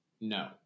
no